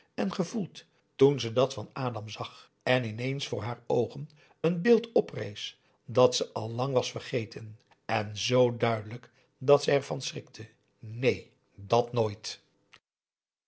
en gevoeld toen ze dat van adam zag en ineens voor haar oogen een beeld oprees dat ze al lang was vergeten en zoo duidelijk dat zij ervan schrikte neen dat nooit